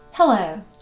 Hello